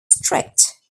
strict